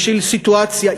בגלל סיטואציה,